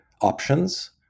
options